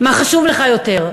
"'מה חשוב לך יותר,